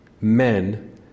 men